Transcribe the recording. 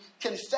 confess